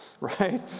right